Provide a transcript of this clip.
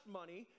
money